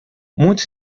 muitos